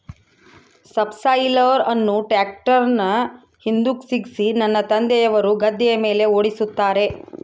subsoiler ಅನ್ನು ಟ್ರ್ಯಾಕ್ಟರ್ನ ಹಿಂದುಕ ಸಿಕ್ಕಿಸಿ ನನ್ನ ತಂದೆಯವರು ಗದ್ದೆಯ ಮೇಲೆ ಓಡಿಸುತ್ತಾರೆ